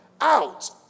out